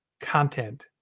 content